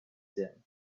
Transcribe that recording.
them